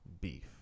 beef